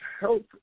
help